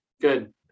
Good